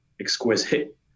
exquisite